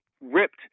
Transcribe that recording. ripped